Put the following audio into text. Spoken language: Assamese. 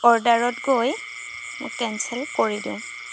অৰ্ডাৰত গৈ মই কেনচেল কৰি দিওঁ